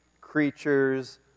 creatures